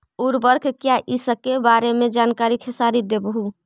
उर्वरक क्या इ सके बारे मे जानकारी खेसारी देबहू?